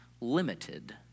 limited